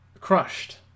crushed